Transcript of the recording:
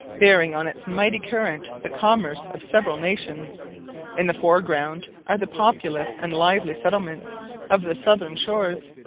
bearing on its mighty current the commerce of several nations in the foreground are the populous and lively settlements of the southern shores,